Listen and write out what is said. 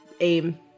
aim